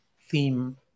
theme